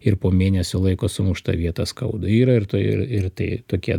ir po mėnesio laiko sumušta vieta skauda yra ir to ir ir tai tokie